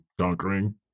conquering